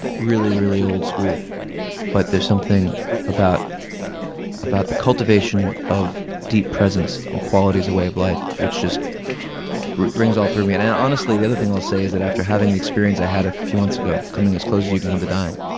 really, really old school but there's something about about the cultivation of deep presence and quality as a way of life which just rings all through me. and, honestly, the other thing i'll say is, after having the experience i had a few months ago coming as close as you can um to dying